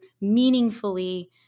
meaningfully